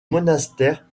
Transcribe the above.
monastère